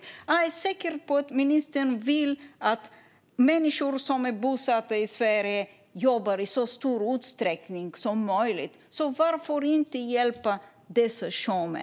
Jag är säker på att ministern vill att människor som är bosatta i Sverige jobbar i så stor utsträckning som möjligt. Varför då inte hjälpa dessa sjömän?